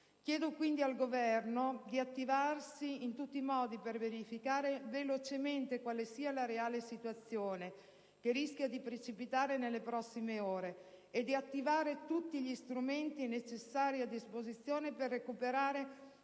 Chiedo quindi al Governo di attivarsi in tutti i modi per verificare velocemente quale sia la reale situazione, che rischia di precipitare nelle prossime ore, e di attivare tutti gli strumenti necessari a disposizione per recuperare